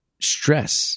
stress